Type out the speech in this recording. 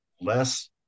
less